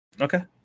Okay